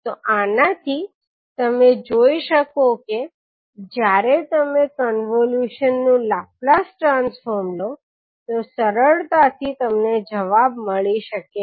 તો આનાથી તમે જોઈ શકો કે જયારે તમે કોન્વોલ્યુશનનું લાપ્લાસ ટ્રાન્સફોર્મ લો તો સરળતા થી તમને જવાબ મળી શકે છે